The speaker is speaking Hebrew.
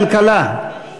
ועדת